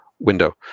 window